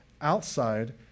outside